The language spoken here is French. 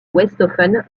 westhoffen